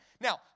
Now